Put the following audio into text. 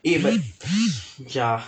eh but ya